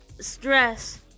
stress